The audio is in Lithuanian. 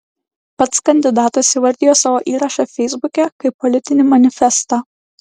pats kandidatas įvardijo savo įrašą feisbuke kaip politinį manifestą